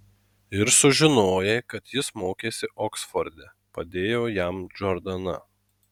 ir sužinojai kad jis mokėsi oksforde padėjo jam džordana